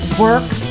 work